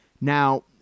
Now